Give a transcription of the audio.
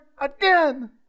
again